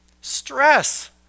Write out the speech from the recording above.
Stress